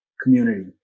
community